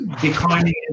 declining